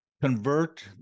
convert